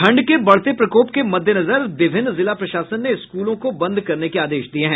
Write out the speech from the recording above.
ठंड के बढ़ते प्रकोप के मद्देनजर विभिन्न जिला प्रशासन ने स्कूलों को बंद करने के आदेश दिये हैं